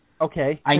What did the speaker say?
Okay